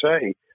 say